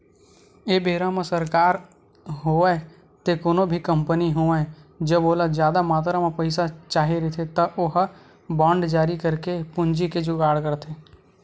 एक बेरा म सरकार होवय ते कोनो भी कंपनी होवय जब ओला जादा मातरा म पइसा चाही रहिथे त ओहा बांड जारी करके पूंजी के जुगाड़ करथे